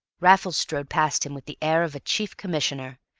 raffles strode past him with the air of a chief commissioner,